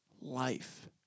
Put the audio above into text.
life